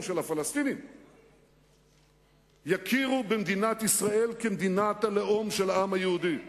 של הפלסטינים יכירו במדינת ישראל כמדינת הלאום של העם היהודי.